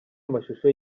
amashusho